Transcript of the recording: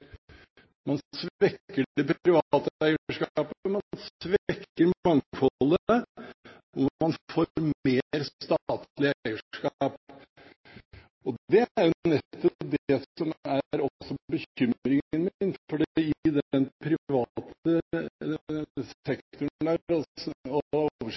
Man svekker det private eierskapet, man svekker mangfoldet, og man får mer statlig eierskap. Det er jo nettopp det som er bekymringen min, for i oversikten over arbeidsplasser ligger jo Hydro, Statoil, Yara, alle sammen, inne i